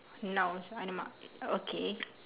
nouns alamak okay